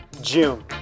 June